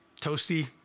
toasty